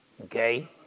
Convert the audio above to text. okay